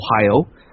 Ohio